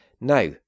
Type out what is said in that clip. Now